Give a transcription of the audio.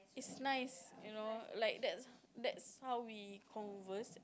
it's nice you know like that's that's how we converse